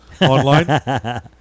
online